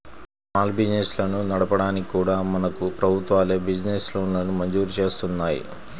small బిజినెస్లను నడపడానికి కూడా మనకు ప్రభుత్వాలే బిజినెస్ లోన్లను మంజూరు జేత్తన్నాయి